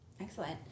Excellent